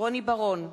רוני בר-און,